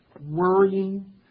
worrying